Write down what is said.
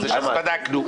אז בדקנו.